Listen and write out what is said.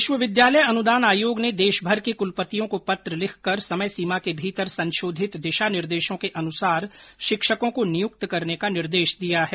विश्वविद्यालय अनुदान आयोग ने देश भर के कुलपतियों को पत्र लिखकर समय सीमा के भीतर संशोधित दिशा निर्देशों के अनुसार शिक्षकों को नियुक्त करने का निर्देश दिया है